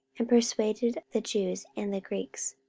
and persuaded the jews and the greeks.